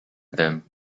them